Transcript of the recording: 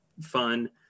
fun